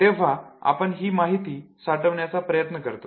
तेव्हा आपण हि माहिती साठविण्याचा प्रयत्न करतो